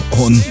on